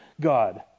God